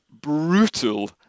brutal